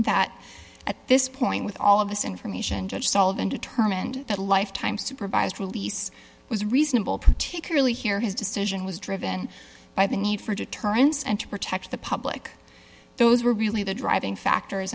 that at this point with all of this information judge solved and determined that a lifetime supervised release was reasonable particularly here his decision was driven by the need for deterrence and to protect the public those were really the driving factors